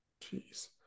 Jeez